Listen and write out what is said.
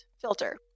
filter